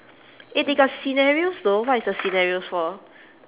eh they got scenarios though what is the scenarios for